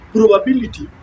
Probability